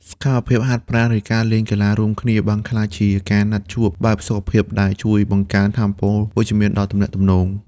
សកម្មភាពហាត់ប្រាណ ឬការលេងកីឡារួមគ្នា បានក្លាយជាការណាត់ជួបបែបសុខភាពដែលជួយបង្កើនថាមពលវិជ្ជមានដល់ទំនាក់ទំនង។